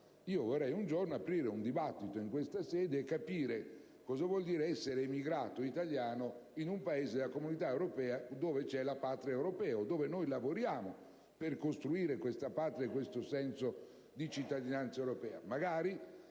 vorrei un giorno aprire un dibattito in questa sede e capire che cosa voglia dire essere emigrato italiano in un Paese della Comunità europea, dove esiste la Patria europea, o dove lavoriamo per costruire il senso di cittadinanza europea.